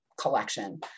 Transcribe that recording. collection